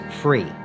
free